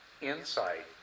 insight